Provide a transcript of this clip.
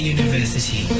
University